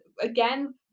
again